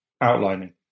outlining